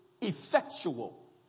effectual